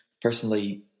Personally